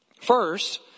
First